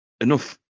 Enough